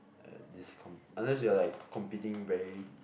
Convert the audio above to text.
at this com~ unless you're like competing very